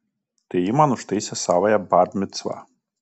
tai ji man užtaisė savąją bar micvą